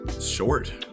Short